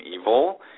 evil